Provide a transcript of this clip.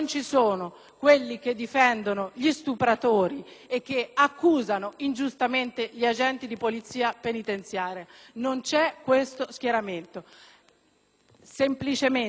quelli che difendono gli stupratori e che accusano ingiustamente gli agenti di polizia penitenziaria. Non esiste uno schieramento del genere.